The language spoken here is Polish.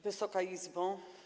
Wysoka Izbo!